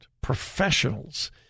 professionals